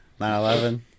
911